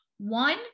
one